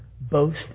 boast